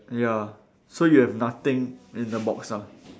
ya so you have nothing in the box ah